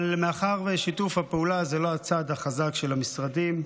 אבל מאחר ששיתוף פעולה זה לא הצד החזק של המשרדים,